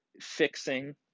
fixing